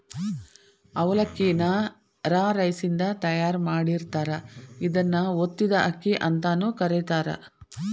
ಅವಲಕ್ಕಿ ನ ರಾ ರೈಸಿನಿಂದ ತಯಾರ್ ಮಾಡಿರ್ತಾರ, ಇದನ್ನ ಒತ್ತಿದ ಅಕ್ಕಿ ಅಂತಾನೂ ಕರೇತಾರ